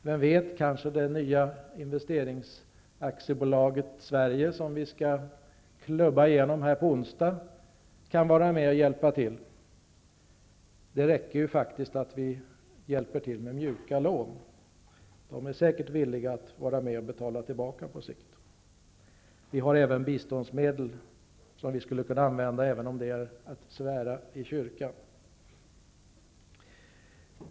Vem vet, kanske det nya Investeringsaktiebolaget Sverige, som vi skall klubba igenom här på onsdag, kan vara med och hjälpa till. Det räcker faktiskt att vi hjälper till med mjuka lån. Dessa länder är säkert villiga att på sikt vara med och betala tillbaka. Vi har även biståndsmedel som vi skulle kunna använda, även om det är att svära i kyrkan.